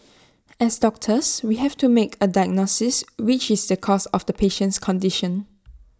as doctors we have to make A diagnosis which is the cause of the patient's condition